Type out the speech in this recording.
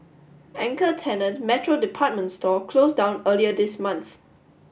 anchor tenant Metro department store closed down earlier this month